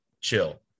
chill